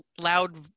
loud